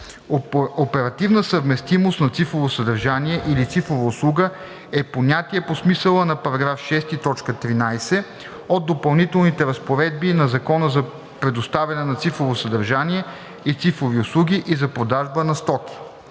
„Оперативна съвместимост на цифрово съдържание или цифрова услуга“ е понятие по смисъла на § 6, т. 13 от допълнителните разпоредби на Закона за предоставяне на цифрово съдържание и цифрови услуги и за продажба на стоки.“;